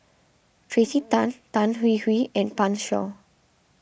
Tracey Tan Tan Hwee Hwee and Pan Shou